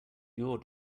your